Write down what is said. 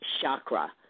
chakra